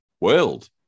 world